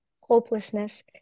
hopelessness